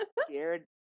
scared